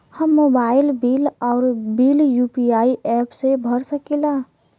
हम mobile bill और bill UPI app से भर सकिला